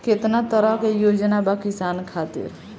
केतना तरह के योजना बा किसान खातिर?